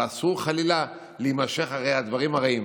אבל אסור חלילה להימשך אחרי הדברים הרעים.